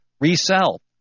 resell